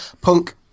Punk